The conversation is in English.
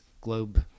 Globe